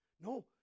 No